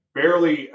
barely